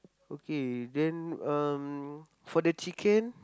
okay then um for the chicken